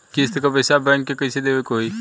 किस्त क पैसा बैंक के कइसे देवे के होई?